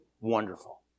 Wonderful